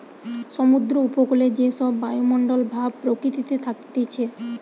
সমুদ্র উপকূলে যে সব বায়ুমণ্ডল ভাব প্রকৃতিতে থাকতিছে